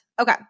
Okay